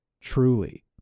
Truly